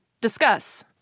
Discuss